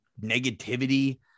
negativity